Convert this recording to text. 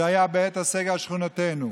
זה היה בעת הסגר על שכונתנו.